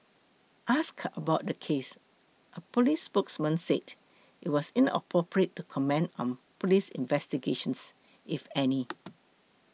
asked about the case a police spokesperson said it was inappropriate to comment on police investigations if any